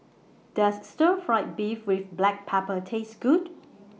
Does Stir Fry Beef with Black Pepper Taste Good